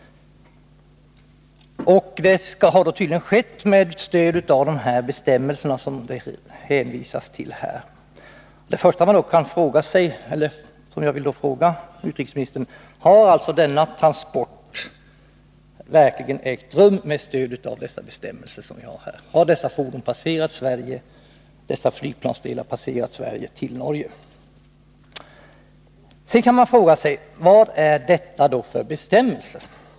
Det har då tydligen skett med stöd av bestämmelserna som utrikesministern hänvisar till i sitt svar. Det första som jag vill fråga utrikesministern om är: Har sådana här transporter verkligen ägt rum med stöd av dessa bestämmelser? Har militära fordon och flygplansdelar passerat Sverige till Norge? Sedan kan man fråga sig: Vad är då detta för bestämmelser?